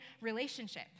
relationship